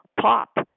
pop